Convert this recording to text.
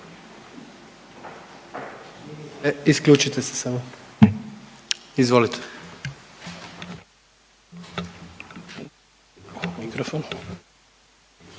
Isključite se samo. Izvolite. **Šimić,